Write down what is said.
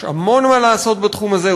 יש המון מה לעשות בתחום הזה,